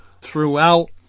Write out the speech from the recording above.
throughout